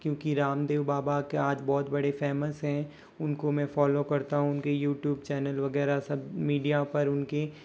क्योंकि रामदेव बाबा आज बहुत बड़े फेमस है उनको मैं फॉलो करता हूँ उनके यूट्यूब चैनल वगैरह सब मीडिया पर उनकी